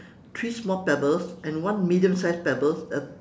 three small pebbles and one medium size pebbles at